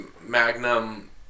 magnum